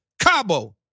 Cabo